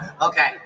okay